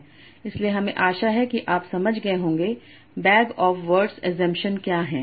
इसलिए हमें आशा है कि अब आप समझ गए होंगे बैग ऑफ़ वर्ड्स अज़म्पशन क्या है